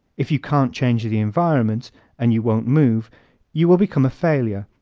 if you can't change the environment and you won't move you will become a failure,